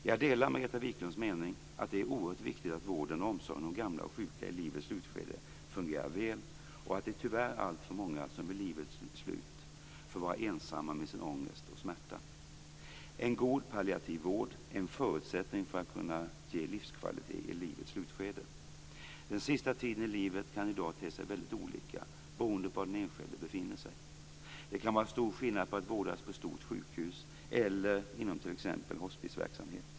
Jag delar Margareta Viklunds mening att det är oerhört viktigt att vården och omsorgen om gamla och sjuka i livets slutskede fungerar väl och att det tyvärr är alltför många som vid livets slut får vara ensamma med sin ångest och smärta. En god palliativ vård är en förutsättning för att kunna ge livskvalitet i livets slutskede. Den sista tiden i livet kan i dag te sig väldigt olika beroende på var den enskilde befinner sig. Det kan vara stor skillnad på att vårdas på ett stort sjukhus eller inom t.ex. hospisverksamhet.